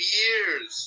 years